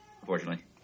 unfortunately